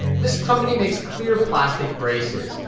this company makes clear plastic braces.